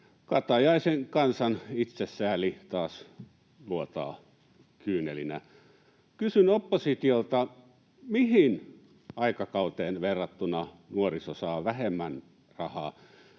Katajaisen kansan itsesääli taas vuotaa kyynelinä. Kysyn oppositiolta: Mihin aikakauteen verrattuna nuoriso saa vähemmän rahaa?